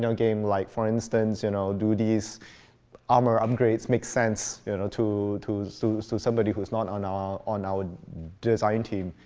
game, like for instance you know do these armor upgrades make sense you know to to so so somebody who's not on our on our design team?